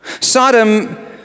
Sodom